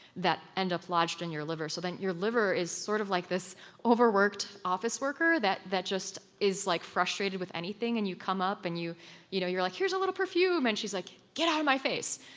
that end up lodged in your liver so then your liver is sort of like this overworked office worker that that just. is like frustrated with anything and you come up, and you know you're like, here's a little perfume, and she's like, get out of my face.